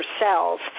cells